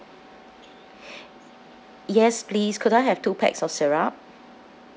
yes please could I have two packs of syrup